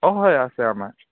অঁ হয় আছে আমাৰ